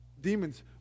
Demons